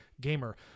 gamer